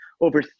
over